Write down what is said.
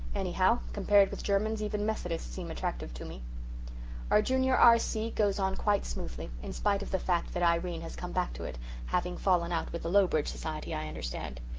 anyhow, compared with germans even methodists seem attractive to me our junior r c. goes on quite smoothly, in spite of the fact that irene has come back to it having fallen out with the lowbridge society, i understand.